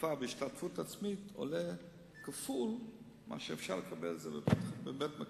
בהשתתפות עצמית כפול ממחירה בבית-מרקחת.